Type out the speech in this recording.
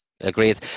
Agreed